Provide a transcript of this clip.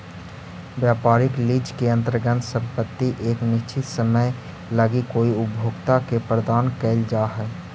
व्यापारिक लीज के अंतर्गत संपत्ति एक निश्चित समय लगी कोई उपभोक्ता के प्रदान कईल जा हई